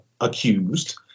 accused